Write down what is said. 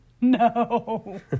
No